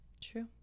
True